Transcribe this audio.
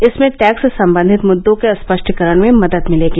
इसमें टैक्स संबंधित मुद्दों के स्पष्टीकरण में मदद भिलेगी